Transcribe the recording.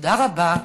תודה רבה.